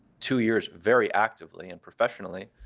two years very actively and professionally.